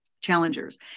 challengers